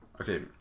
Okay